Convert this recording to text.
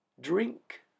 drink